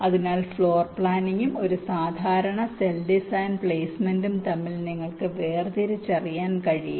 അതിനാൽ ഫ്ലോർ പ്ലാനിംഗും ഒരു സാധാരണ സെൽ ഡിസൈൻ പ്ലെയ്സ്മെന്റും തമ്മിൽ നിങ്ങൾക്ക് വേർതിരിച്ചറിയാൻ കഴിയില്ല